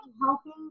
Helping